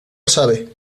sabe